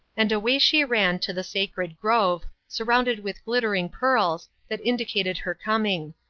and away she ran to the sacred grove, surrounded with glittering pearls, that indicated her coming.